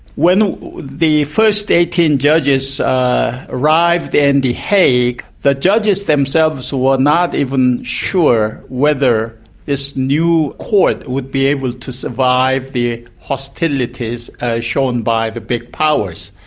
when the first eighteen judges arrived in and the hague, the judges themselves were not even sure whether this new court would be able to survive the hostilities shown by the big powers.